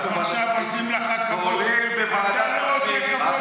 גם עכשיו עושים לך כבוד, ואתה לא עושה כבוד